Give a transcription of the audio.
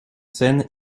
scène